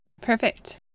Perfect